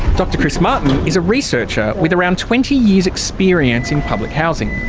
dr chris martin is a researcher with around twenty years' experience in public housing.